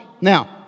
Now